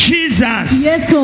Jesus